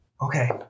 Okay